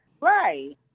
Right